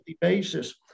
basis